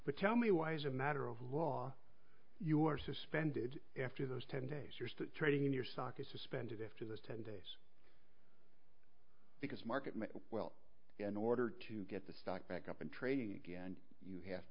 but tell me why is a matter of law you are suspended after those ten days you're trading in your stock is suspended after that because market well in order to get the stock back up and trading again you have